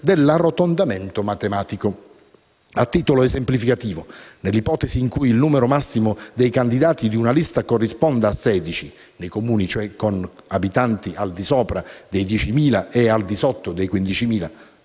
dell'arrotondamento matematico. A titolo esemplificativo, nell'ipotesi in cui il numero massimo dei candidati di una lista corrisponda a 16 (nei Comuni con abitanti al di sopra dei 10.000 e al di sotto dei 15.000),